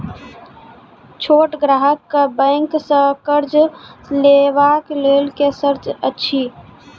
छोट ग्राहक कअ बैंक सऽ कर्ज लेवाक लेल की सर्त अछि?